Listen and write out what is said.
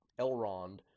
Elrond